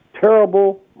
terrible